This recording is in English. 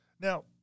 Now